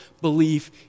belief